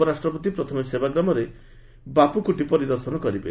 ଉପରାଷ୍ଟ୍ରପତି ପ୍ରଥମେ ସେବାଗ୍ରାମରେ ବାପୁକୁଟି ପରିଦର୍ଶନ କରିବେ